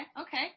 okay